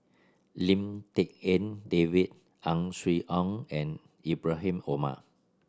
Lim Tik En David Ang Swee Aun and Ibrahim Omar